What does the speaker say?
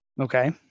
Okay